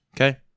Okay